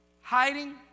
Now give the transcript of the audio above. Hiding